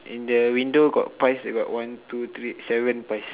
in the window got pies they got one two three seven pies